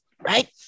right